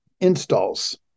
installs